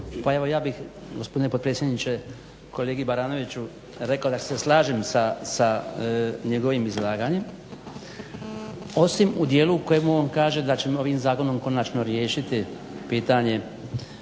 Pa evo ja bih gospodine potpredsjedniče kolegi Baranoviću rekao da se slažem sa njegovim izlaganjem, osim u dijelu u kojemu on kaže da ćemo ovim zakonom konačno riješiti pitanje